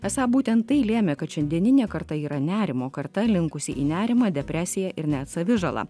esą būtent tai lėmė kad šiandieninė karta yra nerimo karta linkusi į nerimą depresiją ir net savižalą